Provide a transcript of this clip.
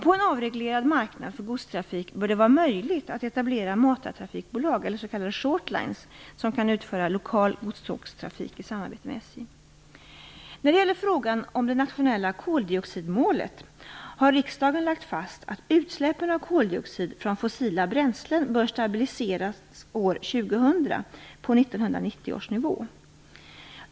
På en avreglerad marknad för godstrafik bör det vara möjligt att etablera matartrafikbolag eller s.k. shortlines som kan utföra lokal godstågtrafik i samarbete med SJ. När det gäller frågan om det nationella koldioxidmålet har riksdagen lagt fast att utsläppen av koldioxid från fossila bränslen bör stabiliseras år 2000 på 1990 års nivå.